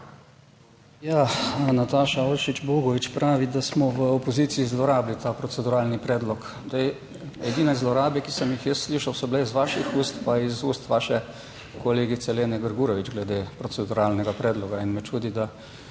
Ja, Nataša Avšič Bogovič pravi, da smo v opoziciji zlorabili ta proceduralni predlog. Zdaj edine zlorabe, ki sem jih jaz slišal, so bile iz vaših ust pa iz ust vaše kolegice Lene Grgurevič glede proceduralnega predloga, in me čudi, da